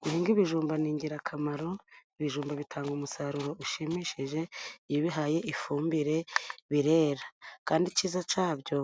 Guhinga ibijumba ni ingirakamaro. Ibijumba bitanga umusaruro ushimishije, iyo ubihaye ifumbire birera. Kandi icyiza cyabyo,